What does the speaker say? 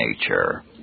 nature